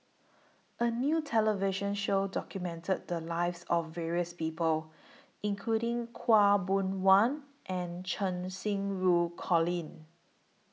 A New television Show documented The Lives of various People including Khaw Boon Wan and Cheng Xinru Colin